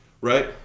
right